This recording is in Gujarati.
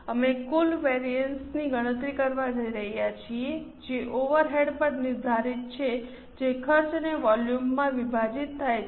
અમે કુલ વેરિઅન્સ ની ગણતરી કરવા જઈ રહ્યા છીએ જે ઓવરહેડ પર નિર્ધારિત છે જે ખર્ચ અને વોલ્યુમમાં વિભાજિત થાય છે